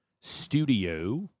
studio